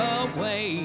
away